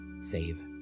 save